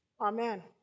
Amen